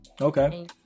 Okay